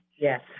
Yes